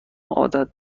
عادت